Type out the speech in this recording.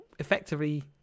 effectively